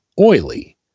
oily